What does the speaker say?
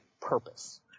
purpose